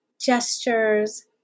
gestures